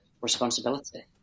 responsibility